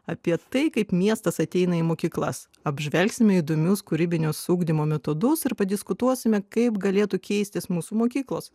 apie tai kaip miestas ateina į mokyklas apžvelgsime įdomius kūrybinius ugdymo metodus ir padiskutuosime kaip galėtų keistis mūsų mokyklos